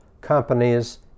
companies